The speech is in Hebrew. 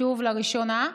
שוב, לראשונה,